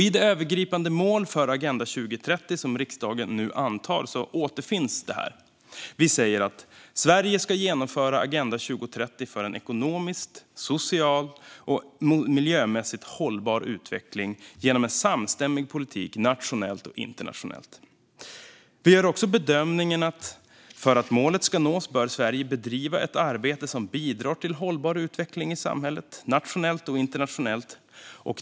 I det övergripande mål för Agenda 2030 som riksdagen nu antar återfinns detta. Vi säger att Sverige ska genomföra Agenda 2030 för en ekonomiskt, socialt och miljömässigt hållbar utveckling genom en samstämmig politik nationellt och internationellt. Vi gör också bedömningen att Sverige för att målet ska nås bör bedriva ett arbete som bidrar till hållbar utveckling i samhället nationellt och internationellt.